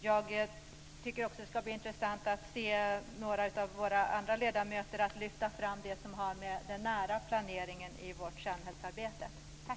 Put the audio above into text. Det skall också bli intressant att höra några av de andra ledamöterna lyfta fram det som har med den nära planeringen i samhällsarbetet att göra.